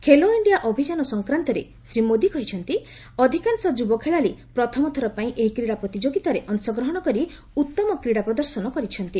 Khelo India ଅଭିଯାନ ସଂକ୍ରାନ୍ତରେ ଶ୍ରୀ ମୋଦି କହିଛନ୍ତି ଅଧିକାଂଶ ଯୁବ ଖେଳାଳି ପ୍ରଥମଥର ପାଇଁ ଏହି କ୍ରୀଡ଼ା ପ୍ରତିଯୋଗିତାରେ ଅଂଶଗ୍ରହଣ କରି ଉତ୍ତମ କ୍ରୀଡ଼ା ପ୍ରଦର୍ଶନ କରିଛନ୍ତି